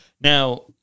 Now